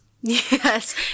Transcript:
Yes